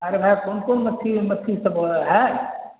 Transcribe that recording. ارے بھائی کون کون مچھی مچھلی سب ہے